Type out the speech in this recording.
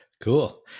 cool